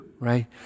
right